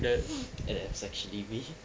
that was actually me